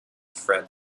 fred